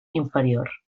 inferior